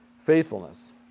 faithfulness